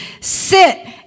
Sit